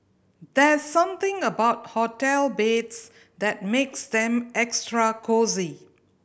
there's something about hotel beds that makes them extra cosy